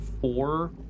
four